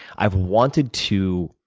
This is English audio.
i've wanted to